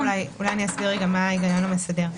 אולי אני אסביר מה ההיגיון המסדר.